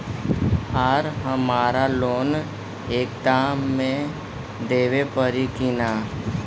आर हमारा लोन एक दा मे देवे परी किना?